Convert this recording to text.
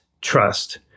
trust